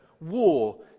war